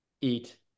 eat